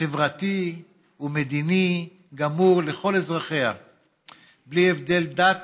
חברתי ומדיני גמור לכל אזרחיה בלי הבדל דת,